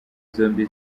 zombi